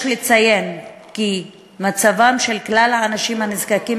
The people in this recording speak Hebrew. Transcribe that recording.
יש לציין כי מצבם של כלל האנשים הנזקקים